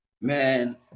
Man